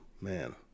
man